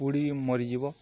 ପୋଡ଼ି ମରିଯିବ